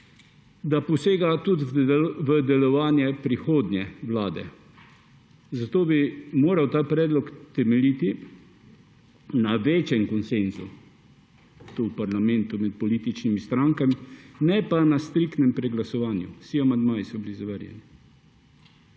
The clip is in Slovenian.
da posega tudi v delovanje prihodnje vlade, zato bi moral ta predlog temeljiti na večjem konsenzu tu v parlamentu med političnimi strankami, ne pa na striktnem preglasovanju. Vsi amandmaji so bili zavrnjeni.